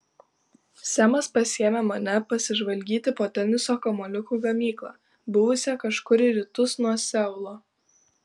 semas pasiėmė mane pasižvalgyti po teniso kamuoliukų gamyklą buvusią kažkur į rytus nuo seulo